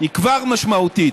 היא כבר משמעותית,